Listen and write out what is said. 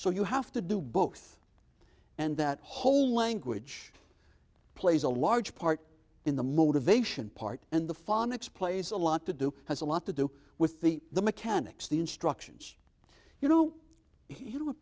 so you have to do both and that whole language plays a large part in the motivation part and the phonics plays a lot to do has a lot to do with the the mechanics the instructions you know